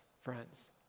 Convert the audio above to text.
friends